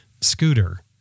scooter